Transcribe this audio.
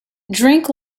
drink